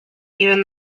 even